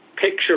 picture